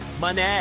money